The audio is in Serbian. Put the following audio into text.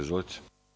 Izvolite.